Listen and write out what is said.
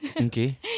Okay